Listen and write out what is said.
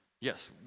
yes